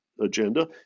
agenda